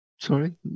Sorry